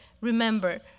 Remember